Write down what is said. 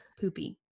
poopy